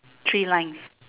three lines